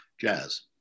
Jazz